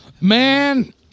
man